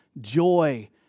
joy